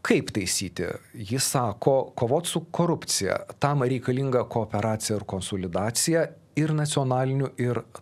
kaip taisyti ji sako kovot su korupcija tam reikalinga kooperacija ir konsolidacija ir nacionaliniu ir